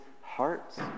hearts